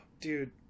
dude